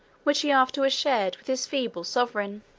which he afterwards shared with his feeble sovereign.